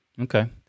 Okay